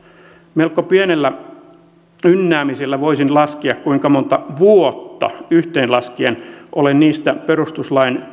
melko pienellä ynnäämisellä voisin laskea kuinka monta vuotta yhteen laskien olen niistä perustuslain